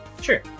Sure